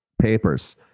papers